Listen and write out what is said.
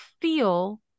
feel